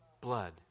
blood